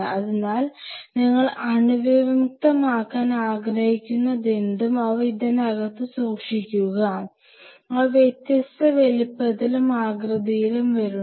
അതിനാൽ നിങ്ങൾ അണുവിമുക്തമാക്കാൻ ആഗ്രഹിക്കുന്നതെന്തും അവ ഇതിനകത്തു സൂക്ഷിക്കുക അവ വ്യത്യസ്ത വലുപ്പത്തിലും ആകൃതിയിലും വരുന്നു